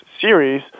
series